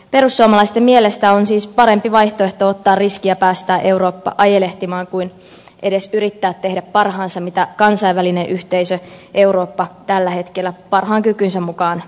perussuomalaisten mielestä on siis parempi vaihtoehto ottaa riski ja päästää eurooppa ajelehtimaan kuin edes yrittää tehdä parhaansa mitä kansainvälinen yhteisö eurooppa tällä hetkellä parhaan kykynsä mukaan pyrkii tekemään